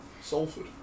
Salford